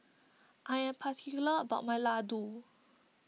I am particular about my Ladoo